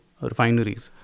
refineries